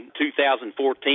2014